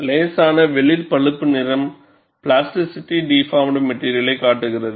லேசான வெளிர் பழுப்பு நிறம் பிளாஸ்டிக்கலி டிபார்ம்ட் மெட்டிரியலை காட்டுகிறது